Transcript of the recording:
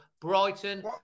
Brighton